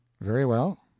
very well,